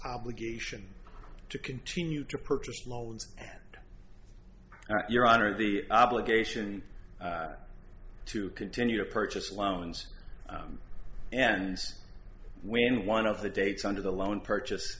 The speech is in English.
obligation to continue to purchase loans that your honor the obligation to continue to purchase loans and when one of the dates under the loan purchase